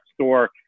store